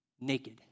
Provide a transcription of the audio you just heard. naked